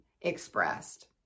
Expressed